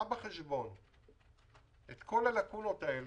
התוכנית לקחה בחשבון את כל הלקונות האלה.